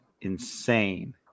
insane